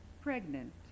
pregnant